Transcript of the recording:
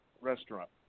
restaurant